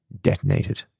detonated